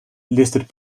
listed